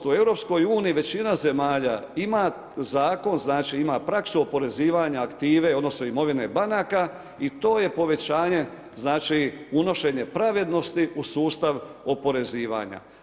U EU većina zemalja ima zakon, znači ima praksu oporezivanja aktive odnosno imovine banaka i to je povećanje unošenje pravednosti u sustav oporezivanja.